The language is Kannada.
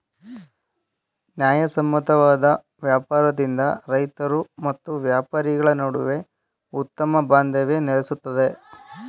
ನ್ಯಾಯಸಮ್ಮತವಾದ ವ್ಯಾಪಾರದಿಂದ ರೈತರು ಮತ್ತು ವ್ಯಾಪಾರಿಗಳ ನಡುವೆ ಉತ್ತಮ ಬಾಂಧವ್ಯ ನೆಲೆಸುತ್ತದೆ